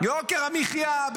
יוקר המחיה.